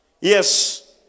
Yes